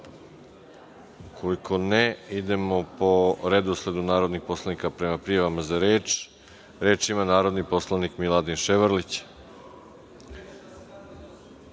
reč? Ukoliko ne, idemo po redosledu narodnih poslanika prema prijavama za reč. Reč ima narodni poslanik Miladin Ševarlić.